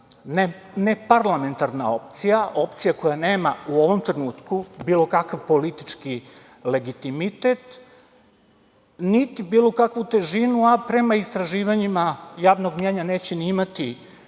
neparlamentarna opcija, opcija koja nema u ovom trenutku bilo kakav politički legitimitet, niti bilo kakvu težinu, a prema istraživanjima javnog mnjenja neće ni imati